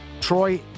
Troy